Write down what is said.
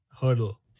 hurdle